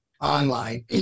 online